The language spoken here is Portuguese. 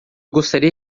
gostaria